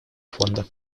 фонда